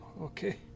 okay